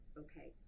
okay